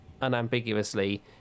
unambiguously